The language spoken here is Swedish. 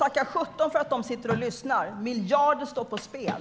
Tacka sjutton för att de sitter och lyssnar - miljarder står ju på spel!